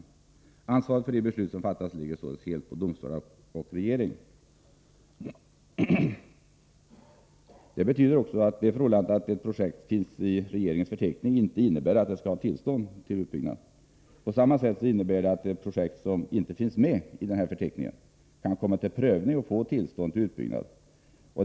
Ansvaret för de beslut som fattas ligger således helt på domstolarna och regeringen. Detta betyder också att det förhållandet att ett projekt finns med i regeringens förteckning inte innebär att det skall ges tillstånd till utbyggnad. På samma sätt kan projekt som inte finns med i denna förteckning komma till prövning och tillstånd till utbyggnad ges.